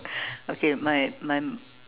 okay my my